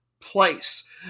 place